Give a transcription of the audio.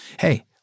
hey